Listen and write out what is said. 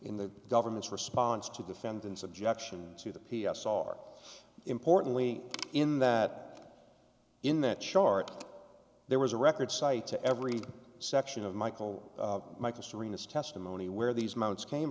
in the government's response to defendant's objection to the p s r importantly in that in that chart there was a record site to every section of michael michael serenus testimony where these moments came